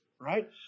right